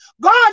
God